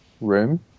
room